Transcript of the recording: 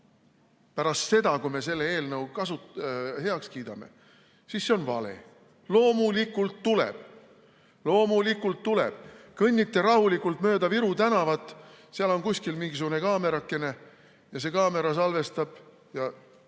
pärast seda, kui me selle eelnõu heaks kiidame, siis see on vale. Loomulikult tuleb! Loomulikult tuleb! Kõnnite rahulikult mööda Viru tänavat, seal on kuskil mingisugune kaamerakene, see kaamera salvestab ja